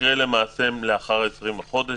לאחר ה-20 בחודש,